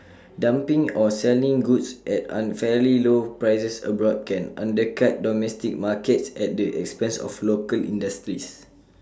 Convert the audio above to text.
dumping or selling goods at unfairly low prices abroad can undercut domestic markets at the expense of local industries